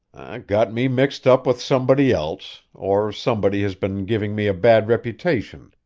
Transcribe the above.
got me mixed up with somebody else, or somebody has been giving me a bad reputation,